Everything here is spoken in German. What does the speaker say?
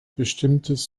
bestimmtes